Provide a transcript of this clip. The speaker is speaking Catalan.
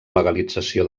legalització